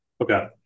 Okay